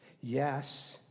Yes